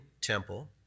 temple